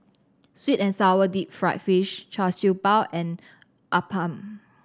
sweet and sour deep fried fish Char Siew Bao and appam